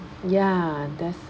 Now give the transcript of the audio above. ya that's